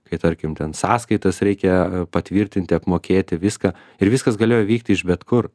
kai tarkim ten sąskaitas reikia patvirtinti apmokėti viską ir viskas galėjo vykti iš bet kur